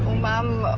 ma'am,